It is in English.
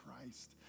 Christ